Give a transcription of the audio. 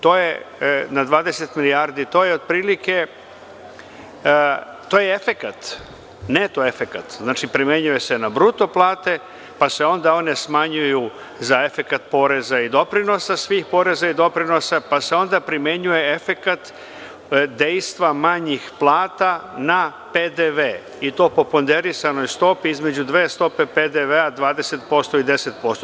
To je na 20 milijardi, to je neto efekat, znači primenjuje se na bruto plate, pa se onda one smanjuju za efekat doprinosa i poreza svih pa se onda primenjuje efekat dejstva manjih plata na PDV i to po ponderisanoj stopi između dve stope PDV 20% i 10%